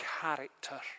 character